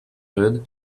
rude